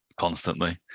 constantly